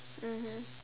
mmhmm